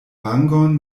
vangon